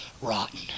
rotten